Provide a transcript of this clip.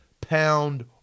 pound